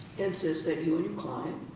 insist that you and your client